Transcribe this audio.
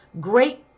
great